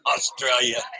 Australia